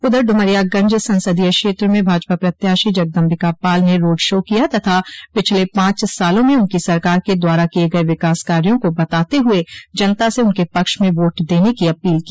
उधर ड्मरियागंज संसदीय क्षेत्र में भाजपा प्रत्याशी जगदम्बिका पाल ने रोड शो किया तथा पिछले पांच सालों में उनकी सरकार के द्वारा किये गये विकास कार्यो को बताते हुए जनता से उनके पक्ष में वोट देने की अपील की